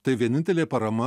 tai vienintelė parama